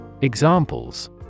Examples